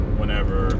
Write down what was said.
whenever